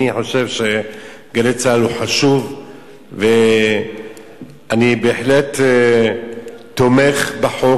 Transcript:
אני חושב ש"גלי צה"ל" חשובה ואני בהחלט תומך בחוק.